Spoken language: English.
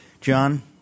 John